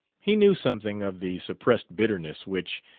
he knew something of the suppressed bitterness which,